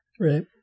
Right